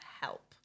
help